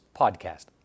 Podcast